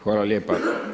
Hvala lijepo.